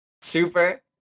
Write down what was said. Super